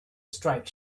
striped